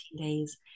days